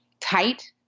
tight